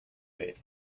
bait